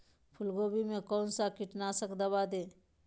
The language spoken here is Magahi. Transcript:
फूलगोभी में कौन सा कीटनाशक दवा दे?